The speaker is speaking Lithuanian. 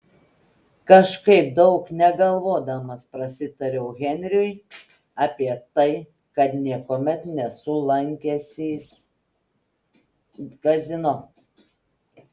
kažkaip daug negalvodamas prasitariau henriui apie tai kad niekuomet nesu lankęsis kazino